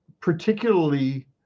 particularly